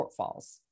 shortfalls